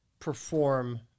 perform